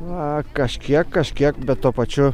na kažkiek kažkiek bet tuo pačiu